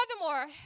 furthermore